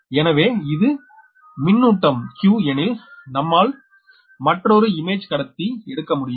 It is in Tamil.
எனவே இது மின்னூட்டம் q எனில் நம்மால் மற்றொரு இமேஜ்கடத்தி எடுக்க முடியும்